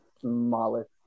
smallest